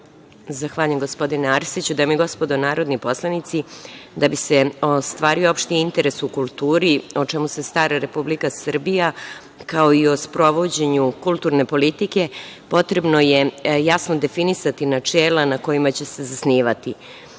Zahvaljujem, gospodine Arsiću. Dame i gospodo narodni poslanici, da bi se ostvario opšti interes u kulturi, o čemu se stara Republika Srbija, kao i o sprovođenju kulturne politike, potrebno je jasno definisati načela na kojima će se zasnivati. Vi